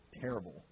terrible